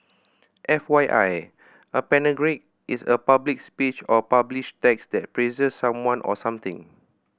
F Y I a panegyric is a public speech or published text that praises someone or something